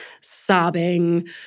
sobbing